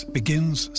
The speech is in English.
begins